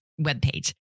webpage